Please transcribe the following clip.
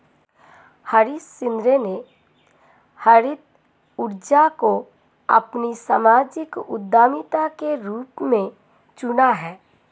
हरीश शिंदे ने हरित ऊर्जा को अपनी सामाजिक उद्यमिता के रूप में चुना है